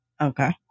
Okay